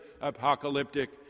apocalyptic